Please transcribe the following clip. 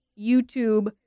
YouTube